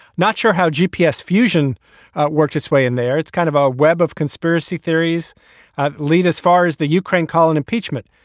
not sure how g. p. s fusion worked its way in there. it's kind of a web of conspiracy theories lead as far as the ukraine calling impeachment,